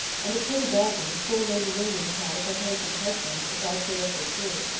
and a pretty bargain poor lady williams had of her handsome husband, if all tales were true.